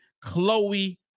Chloe